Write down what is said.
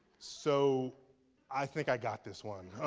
so i think i got this one,